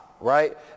right